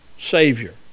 Savior